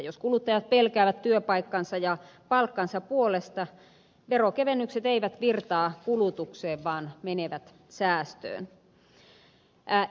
jos kuluttajat pelkäävät työpaikkansa ja palkkansa puolesta veronkevennykset eivät virtaa kulutukseen vaan menevät säästöön